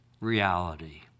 reality